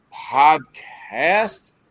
Podcast